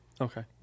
Okay